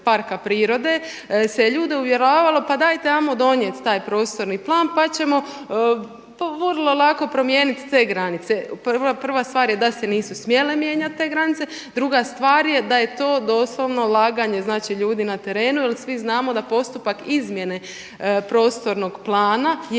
se ljude uvjeravalo pa dajte ajmo donijet taj prostorni plan pa ćemo vrlo lako promijeniti te granice. Prva stvar je da se nisu smjele mijenjati te granice, druga stvar da je to doslovno laganje ljudi na terenu jer svi znamo da postupak izmjene prostornog plana je